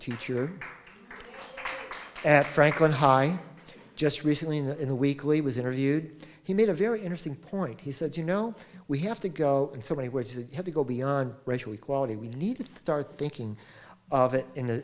teacher at franklin high just recently in the weekly was interviewed he made a very interesting point he said you know we have to go in so many words that have to go beyond racial equality we need to start thinking of it